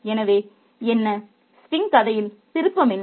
எனவே என்ன ஸ்டிங் கதையில் திருப்பம் என்ன